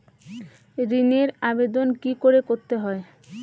ঋণের আবেদন কি করে করতে হয়?